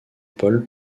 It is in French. paul